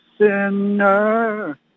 sinner